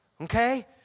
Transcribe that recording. Okay